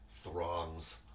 throngs